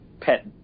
pet